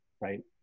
right